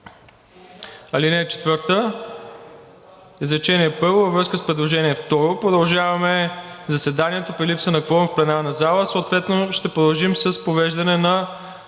46, ал. 4, изречение първо във връзка с предложение второ продължаваме заседанието при липса на кворум в пленарната зала. Съответно ще продължим с провеждане на